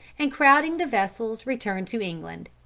and crowding the vessels returned to england.